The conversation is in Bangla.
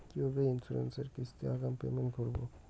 কিভাবে ইন্সুরেন্স এর কিস্তি আগাম পেমেন্ট করবো?